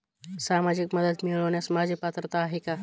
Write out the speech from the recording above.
सामाजिक मदत मिळवण्यास माझी पात्रता आहे का?